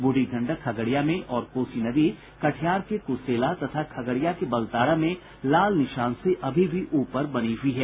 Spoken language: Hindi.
बूढ़ी गंडक खगड़िया में और कोसी नदी कटिहार के कुर्सेला तथा खगड़िया के बलतारा में लाल निशान से अभी भी ऊपर बनी हुई है